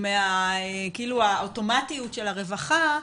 מהאוטומטיות של הרווחה,